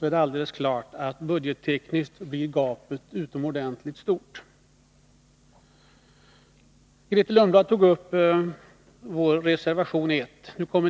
självfallet budgettekniskt uppstår ett utomordentligt stort gap. Grethe Lundblad tog upp vår reservation 1.